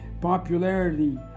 popularity